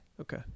okay